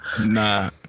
Nah